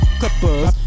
clippers